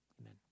amen